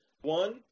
One